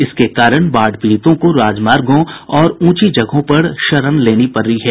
इसके कारण बाढ़ पीड़ितों को राजमार्गों और ऊंची जगहों पर शरण लेनी पड़ी है